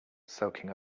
soaking